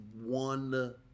one